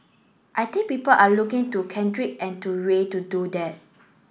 I think people are looking to Kendrick and to Ray to do that